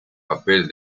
papel